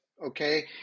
okay